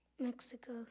Mexico